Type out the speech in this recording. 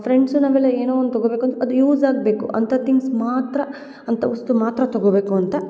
friends ನಾವೆಲ್ಲ ಏನೋ ಒಂದು ತಗೊಬೇಕು ಅಂತ ಅದು ಯೂಸ್ ಆಗಬೇಕು ಅಂಥ ತಿಂಗ್ಸ್ ಮಾತ್ರ ಅಂಥ ವಸ್ತು ಮಾತ್ರ ತಗೊಬೇಕು ಅಂತ